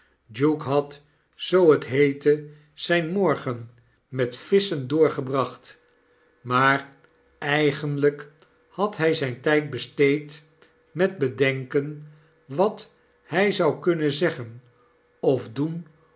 duke had zoo het heette zijn morgen met visschen doorgebracht maar eigenlyk had hy zijn tyd besteed met bedenken wat hij zou kunnen zeggen of doen